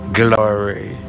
glory